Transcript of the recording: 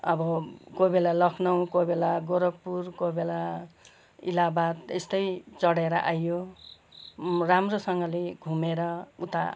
अब कोही बेला लखनऊ कोही बेला गोरखपुर कोही बेला इलाहाबाद यस्तै चढेर आइयो राम्रोसँगले घुमेर उता